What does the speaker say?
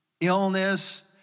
illness